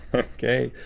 okay.